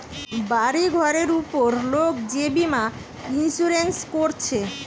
বাড়ি ঘরের উপর লোক যে বীমা ইন্সুরেন্স কোরছে